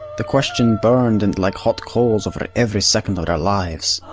the questioned burned and like hot coals over every second of their lives.